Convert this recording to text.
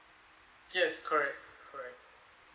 yes correct correct